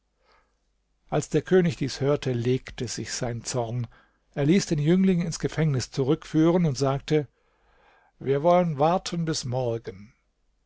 als der könig diese geschichte hörte legte sich sein zorn er ließ den jüngling wieder ins gefängnis zurückführen und sagte wir wollen überlegen bis morgen